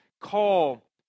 call